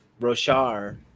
roshar